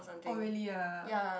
oh really ah